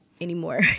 anymore